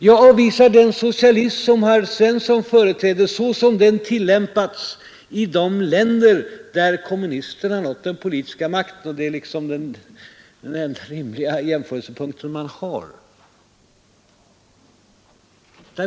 Jag avvisar även den socialism som herr Svensson företräder såsom den tillämpats i de länder där kommunisterna nått den politiska makten; det är den enda rimliga jämförelsepunkt man har.